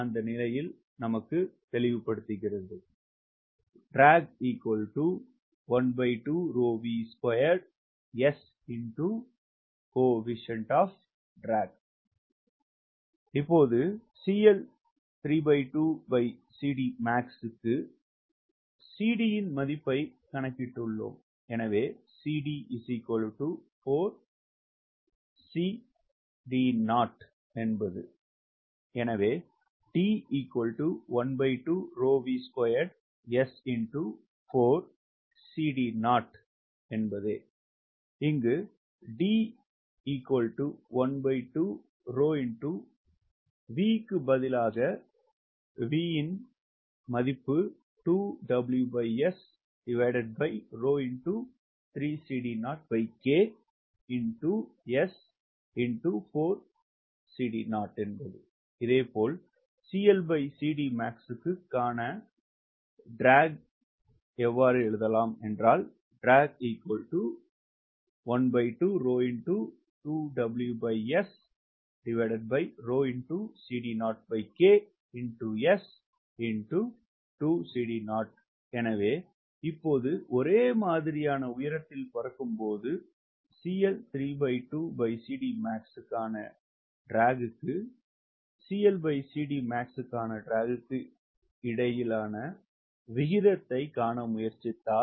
அது இக்கு CDயின் மதிப்பை கணக்கிட்டுள்ளோம் எனவே எனவே இதேபோல் காண இழுவையும் எனவே இப்போது ஒரே மாதிரியான உயரத்தில் பறக்கும் போது பறக்கும் போது காண D க்கு காண D க்கு இடையிலான விகிதத்தைக் காண முயற்சித்தால்